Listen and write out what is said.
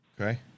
Okay